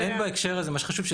מה שחשוב,